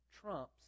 trumps